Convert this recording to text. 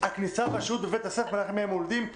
"הכניסה והשהות בבית הספר של התלמידים היא